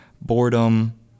boredom